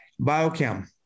biochem